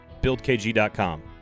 BuildKG.com